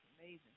amazing